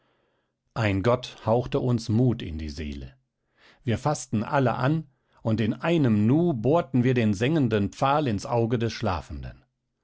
ein gott hauchte uns mut in die seele wir faßten alle an und in einem nu bohrten wir den sengenden pfahl ins auge des schlafenden